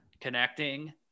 Connecting